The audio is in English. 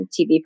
TV